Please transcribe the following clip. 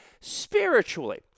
spiritually